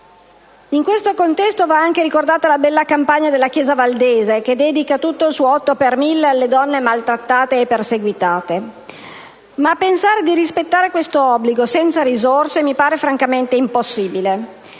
In questo contesto va anche ricordata la bella campagna della Chiesa valdese, che dedica tutto il suo otto per mille alle donne maltrattate e perseguitate. Pensare però di rispettare questo obbligo senza risorse mi pare francamente impossibile.